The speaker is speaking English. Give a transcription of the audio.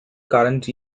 current